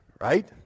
right